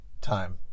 time